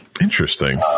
Interesting